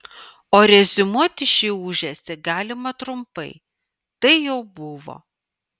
o reziumuoti šį ūžesį galima trumpai tai jau buvo